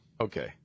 Okay